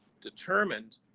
determined